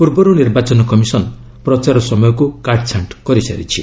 ପୂର୍ବରୁ ନିର୍ବାଚନ କମିଶନ୍ ପ୍ରଚାର ସମୟକୁ କାଟ୍ଛାଣ୍ଟ କରିସାରିଛି